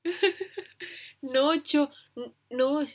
no ச்சூ:choo no